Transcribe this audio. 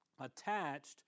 attached